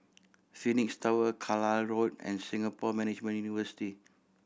Phoenix Tower Carlisle Road and Singapore Management University